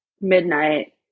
midnight